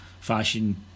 fashion